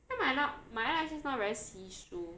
then my now my eyelashes now very 稀疏